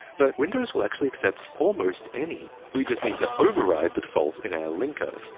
but windows will actually accept almost any. we just need to override the default in our linker.